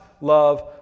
love